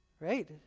right